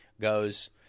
goes